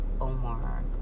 Omar